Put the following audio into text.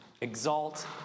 exalt